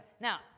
Now